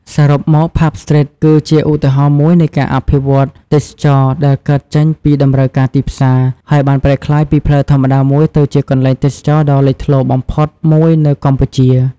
សរុបមក ផាប់ ស្ទ្រីត គឺជាឧទាហរណ៍មួយនៃការអភិវឌ្ឍន៍ទេសចរណ៍ដែលកើតចេញពីតម្រូវការទីផ្សារ ហើយបានប្រែក្លាយពីផ្លូវធម្មតាមួយទៅជាកន្លែងទេសចរណ៍ដ៏លេចធ្លោបំផុតមួយនៅកម្ពុជា។